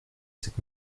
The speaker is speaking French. cette